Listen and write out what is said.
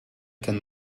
can